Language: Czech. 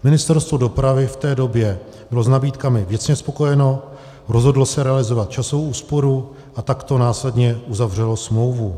Ministerstvo dopravy v té době bylo s nabídkami věcně spokojeno, rozhodlo se realizovat časovou úsporu a takto následně uzavřelo smlouvu.